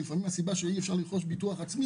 כי לפעמים הסיבה שאין ביטוח לנפגע היא